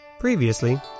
Previously